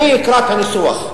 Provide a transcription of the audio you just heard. אני אקרא את הניסוח,